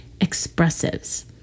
expressives